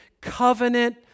covenant